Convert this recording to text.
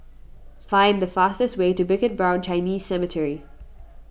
find the fastest way to Bukit Brown Chinese Cemetery